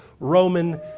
Roman